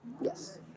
yes